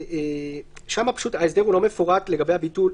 שם ההסדר הוא לא מפורט לגבי הביטול,